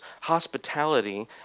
hospitality